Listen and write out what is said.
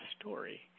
story